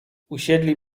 usiedli